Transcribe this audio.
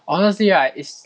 honestly right is